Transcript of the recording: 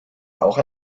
auch